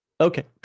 Okay